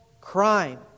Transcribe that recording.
crime